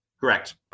Correct